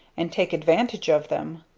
and take advantage of them!